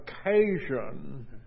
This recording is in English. occasion